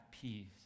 peace